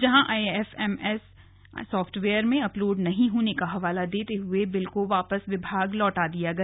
जहां IFMS software में upload नहीं होने का हवाला देते हुए बिल को वापस विभाग को लौटा दिया गया